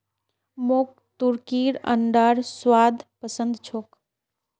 मोक तुर्कीर अंडार स्वाद पसंद छोक